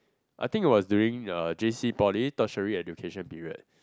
I think it was during uh J_C poly tertiary education period